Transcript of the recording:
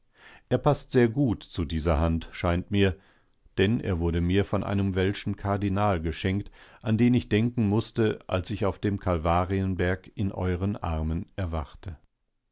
er paßt sehr gut zu dieser hand scheint mir denn er wurde mir von einem welschen kardinal geschenkt an den ich denken mußte als ich auf dem kalvarienberg in euren armen erwachte